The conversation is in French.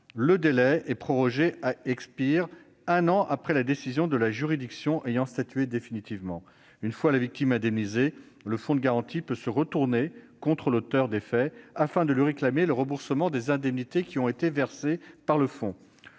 le délai est prorogé et expire un an après la décision de la juridiction ayant statué définitivement. Une fois la victime indemnisée, le Fonds de garantie peut se retourner contre l'auteur des faits afin de lui réclamer le remboursement des indemnités qu'il a versées. Le régime